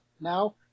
now